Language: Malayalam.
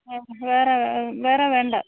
അ വേറെ വേറെ വേണ്ട